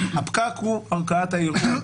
הפקק הוא ערכאת הערעור.